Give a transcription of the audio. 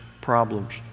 problems